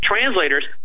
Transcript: translators